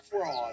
fraud